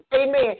Amen